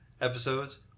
episodes